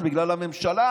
זה בגלל הממשלה.